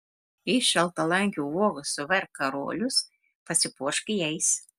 iš šaltalankio uogų suverk karolius pasipuošk jais